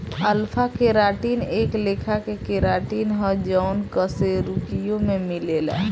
alpha keratin एक लेखा के केराटिन ह जवन कशेरुकियों में मिलेला